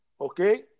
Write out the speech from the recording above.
okay